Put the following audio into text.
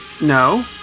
No